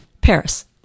Paris